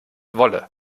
wolle